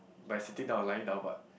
by sitting down or lying down but